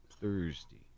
Thursday